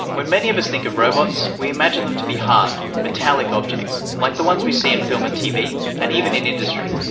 when many of us think of robots, we imagine them to be hard, metallic objects, like the ones we see in film and tv, and even in industry.